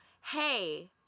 hey